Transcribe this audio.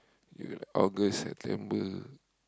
August September